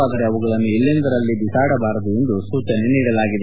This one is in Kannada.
ಅದರೆ ಅವುಗಳನ್ನು ಎಲ್ಲೆಂದರಲ್ಲಿ ಬಿಸಾಡಬಾರದು ಎಂದು ಸೂಚನೆ ನೀಡಲಾಗಿದೆ